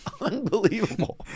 unbelievable